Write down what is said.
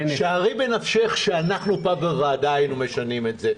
שערי בנפשך שאנחנו פה בוועדה היינו משנים את זה,